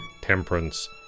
temperance